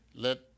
Let